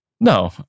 No